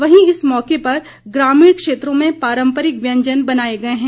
वहीं इस मौके पर ग्रामीण क्षेत्रों में पारम्परिक व्यंजन बनाए गए हैं